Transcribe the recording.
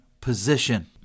position